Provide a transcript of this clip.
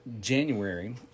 January